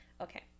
Okay